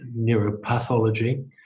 neuropathology